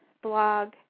blog